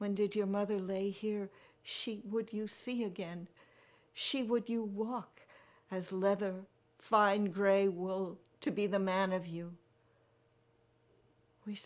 when did your mother lay here she would you see again she would you walk as leather find grey will to be the man of